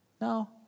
No